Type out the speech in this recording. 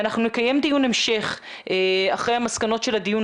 אנחנו נקיים דיון המשך אחרי המסקנות של הדיון